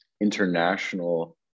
international